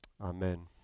Amen